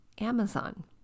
Amazon